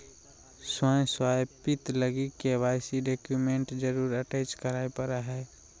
स्व सत्यापित लगी के.वाई.सी डॉक्यूमेंट जरुर अटेच कराय परा हइ